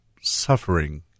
suffering